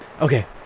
Okay